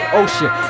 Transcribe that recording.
ocean